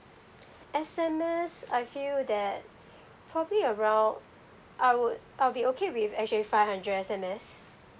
S_M_S I feel that probably around I would I'll be okay with actually five hundred S_M_S